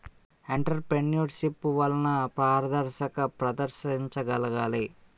entrepreneurship వలన పారదర్శకత ప్రదర్శించగలగాలి